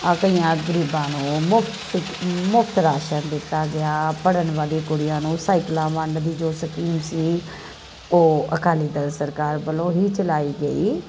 ਆ ਕਈਆਂ ਗਰੀਬਾਂ ਨੂੰ ਮੁਫ਼ ਮੁਫ਼ਤ ਰਾਸ਼ਨ ਦਿੱਤਾ ਗਿਆ ਪੜ੍ਹਨ ਵਾਲੀ ਕੁੜੀਆਂ ਨੂੰ ਸਾਈਕਲਾਂ ਵੰਡ ਦੀ ਜੋ ਸਕੀਮ ਸੀ ਉਹ ਅਕਾਲੀ ਦਲ ਸਰਕਾਰ ਵਲੋਂ ਹੀ ਚਲਾਈ ਗਈ